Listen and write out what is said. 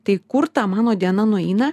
tai kur ta mano diena nueina